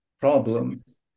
problems